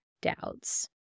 doubts